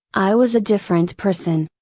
i was a different person.